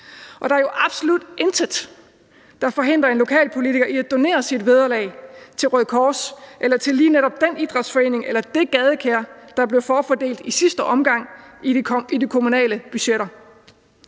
Og der er jo absolut intet, der forhindrer en lokalpolitiker i at donere sit vederlag til Røde Kors eller lige netop den idrætsforening eller det gadekær, der blev forfordelt i sidste omgang i de kommunale budgetter.